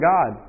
God